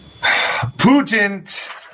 Putin